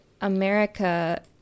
America